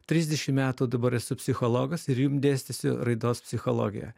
trisdešim metų dabar esu psichologas ir jum dėstysiu raidos psichologiją